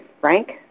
Frank